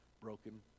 broken